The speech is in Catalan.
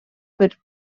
per